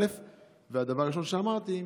והדבר הראשון שאמרתי,